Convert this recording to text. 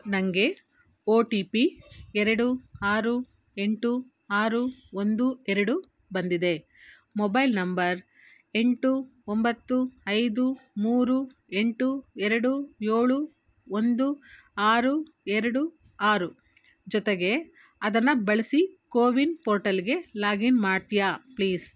ನನಗೆ O T P ಎರಡು ಆರು ಎಂಟು ಆರು ಒಂದು ಎರಡು ಬಂದಿದೆ ಮೊಬೈಲ್ ನಂಬರ್ ಎಂಟು ಒಂಬತ್ತು ಐದು ಮೂರು ಎಂಟು ಎರಡು ಏಳು ಒಂದು ಆರು ಎರಡು ಆರು ಜೊತೆಗೆ ಅದನ್ನು ಬಳಸಿ ಕೋವಿನ್ ಪೋರ್ಟಲ್ಗೆ ಲಾಗಿನ್ ಮಾಡ್ತಿಯಾ ಪ್ಲೀಸ್